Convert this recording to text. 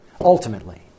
Ultimately